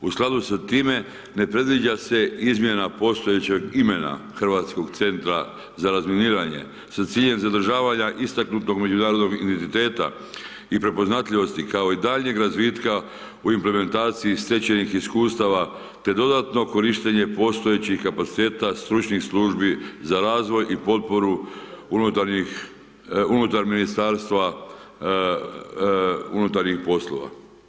U skladu sa time, ne predviđa se izmjena postojećeg imena Hrvatskog centra za razminiranje, sa ciljem zadržavanja istaknutog međunarodnog identiteta i prepoznatljivosti, kao i daljnjeg razvitka u implementaciji stečenih iskustava te dodatno korištenje postojećih kapaciteta stručnih službi za razvoj i potporu unutarnjih, unutar Ministarstva unutarnjih poslova.